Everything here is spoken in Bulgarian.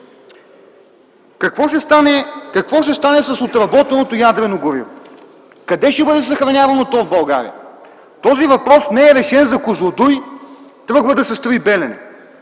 Какво ще стане с отработеното ядрено гориво, къде ще бъде съхранявано то в България? Този въпрос не е решен за „Козлодуй”, тръгва да се строи „Белене”.